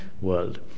world